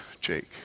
Jake